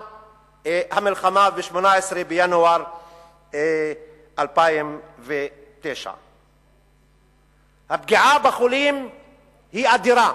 המלחמה ב-18 בינואר 2009. הפגיעה בחולים אדירה.